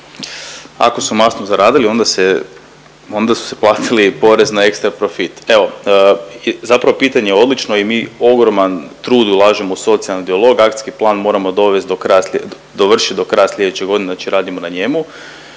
Ako su masno zaradili onda se onda su si platili porez na ekstra profit. Evo zapravo pitanje je odlično i mi ogroman trud ulažemo u socijalni dijalog, akcijski plan moramo dovršit do kraja sljedeće godine, znači radimo na njemu.